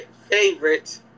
favorite